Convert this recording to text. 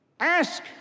Ask